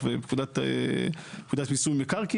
רגע, אתה הולך עכשיו לחטוף.